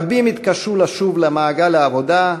רבים התקשו לשוב למעגל העבודה,